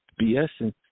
bsing